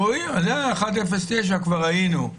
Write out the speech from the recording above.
רואים ש-109 כבר היינו.